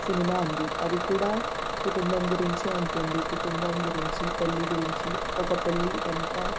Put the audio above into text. cinema ఉంది అది కూడా కుటుంబం గురించి ఉంటుంది కుటుంబం గురించి పెళ్ళి గురించి ఒక పెళ్ళి ఎంత